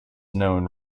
known